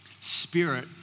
Spirit